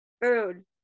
Food